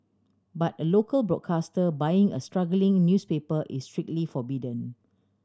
but a local broadcaster buying a struggling newspaper is strictly forbidden